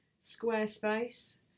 Squarespace